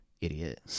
idiot